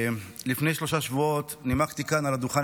לפני שלושה שבועות נימקנו כאן על הדוכן